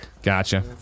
Gotcha